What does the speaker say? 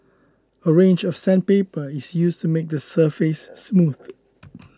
a range of sandpaper is used to make the surface smooth